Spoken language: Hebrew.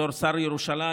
בתור שר ירושלים,